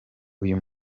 uyu